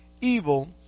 evil